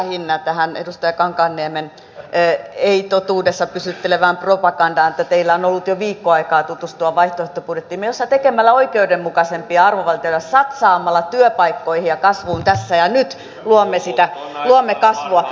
lähinnä tähän edustaja kankaanniemen ei totuudessa pysyttelevään propagandaan liittyen totean että teillä on ollut jo viikko aikaa tutustua vaihtoehtobudjettiimme jossa tekemällä oikeudenmukaisempia arvovalintoja ja satsaamalla työpaikkoihin ja kasvuun tässä ja nyt luomme kasvua